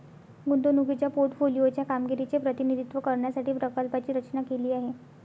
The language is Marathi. गुंतवणुकीच्या पोर्टफोलिओ च्या कामगिरीचे प्रतिनिधित्व करण्यासाठी प्रकल्पाची रचना केली आहे